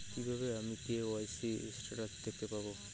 কিভাবে আমি KYC status দেখতে পারবো?